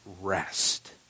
rest